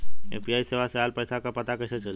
UPI सेवा से ऑयल पैसा क पता कइसे चली?